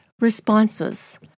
responses